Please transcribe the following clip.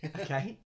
Okay